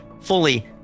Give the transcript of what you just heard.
fully